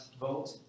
vote